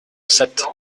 sept